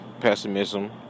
pessimism